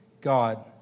God